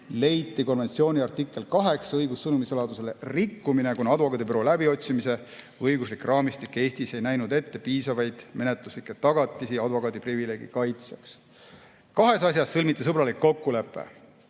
leiti konventsiooni artikli 8 "Õigus sõnumisaladusele" rikkumine, kuna advokaadibüroo läbiotsimise õiguslik raamistik Eestis ei näinud ette piisavaid menetluslikke tagatisi advokaadiprivileegi kaitseks. Kahes asjas sõlmiti sõbralik kokkulepe.